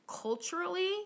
culturally